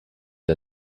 der